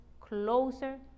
closer